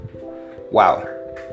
Wow